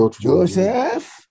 Joseph